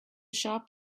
shop